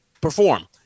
Perform